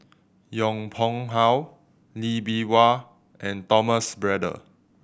Yong Pung How Lee Bee Wah and Thomas Braddell